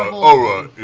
ah laura